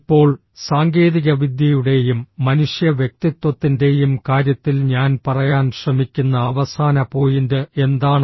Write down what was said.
ഇപ്പോൾ സാങ്കേതികവിദ്യയുടെയും മനുഷ്യ വ്യക്തിത്വത്തിന്റെയും കാര്യത്തിൽ ഞാൻ പറയാൻ ശ്രമിക്കുന്ന അവസാന പോയിന്റ് എന്താണ്